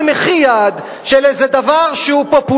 כמו שהוא אומר.